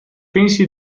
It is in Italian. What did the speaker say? pensi